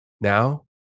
Now